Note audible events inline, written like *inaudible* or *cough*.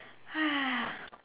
*noise*